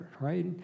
right